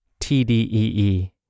TDEE